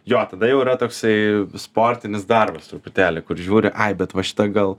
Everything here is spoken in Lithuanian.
jo tada jau yra toksai sportinis darbas truputėlį kur žiūri ai bet va šita gal